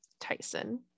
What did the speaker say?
Tyson